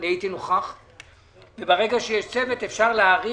הייתה כמו ברדיוס הזה שכולם ידעו להסתדר עם כולם.